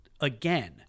again